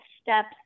steps